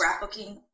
scrapbooking